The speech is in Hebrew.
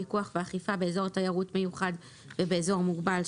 פיקוח ואכיפה באזור תיירות מיוחד ובאזור מוגבל,